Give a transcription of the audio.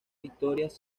historias